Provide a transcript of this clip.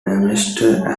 amateur